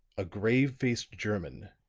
a grave-faced german,